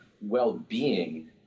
well-being